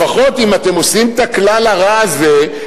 לפחות אם אתם עושים את הכלל הרע הזה,